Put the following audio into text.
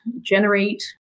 generate